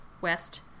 west